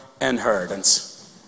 inheritance